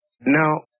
Now